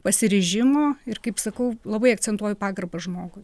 pasiryžimo ir kaip sakau labai akcentuoju pagarbą žmogui